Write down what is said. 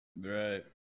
Right